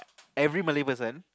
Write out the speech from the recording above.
every Malay person